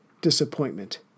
disappointment